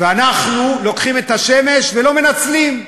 ואנחנו לוקחים את השמש, ולא מנצלים.